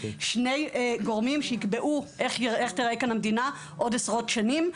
הם שני גורמים שיקבעו איך תיראה כאן המדינה עוד עשרות שנים.